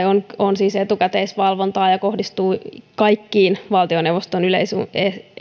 on on etukäteisvalvontaa ja kohdistuu kaikkiin valtioneuvoston yleisistunnon